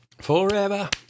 Forever